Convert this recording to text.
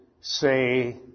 say